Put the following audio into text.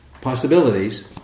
possibilities